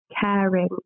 caring